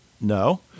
no